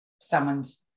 someone's